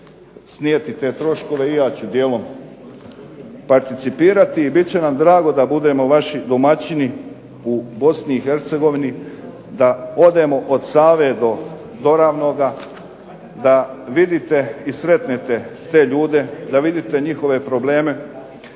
snijeti te troškove i ja ću dijelom participirati i bit će nam drago da budemo vaši domaćini u BiH, da odemo od Save do Ravnoga da vidite i sretnete te ljude, da vidite njihove probleme.